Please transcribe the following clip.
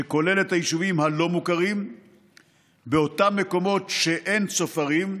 שכולל את היישובים הלא-מוכרים באותם מקומות שבהם אין צופרים.